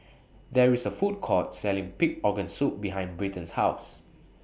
There IS A Food Court Selling Pig Organ Soup behind Britton's House